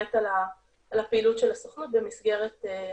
תפרט על הפעילות של הסוכנות במסגרת ההחלטה.